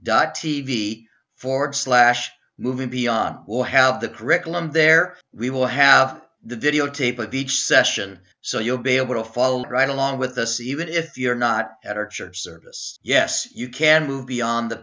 dot tv forward slash movie on will have the curriculum there we will have the videotape of each session so you'll be able to follow right along with us even if you're not at our church service yes you can move beyond the